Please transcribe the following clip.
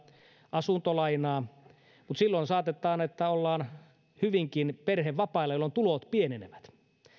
asuntolainaa mutta silloin saatetaan hyvinkin olla perhevapailla jolloin tulot pienenevät